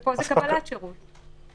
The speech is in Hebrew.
ופה זה קבלת שירות.